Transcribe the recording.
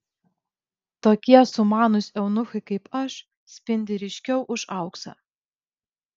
tokie sumanūs eunuchai kaip aš spindi ryškiau už auksą